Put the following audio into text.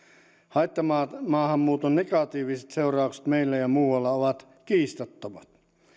haittamaahanmuuton negatiiviset seuraukset meillä ja muualla ovat kiistattomat